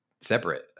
separate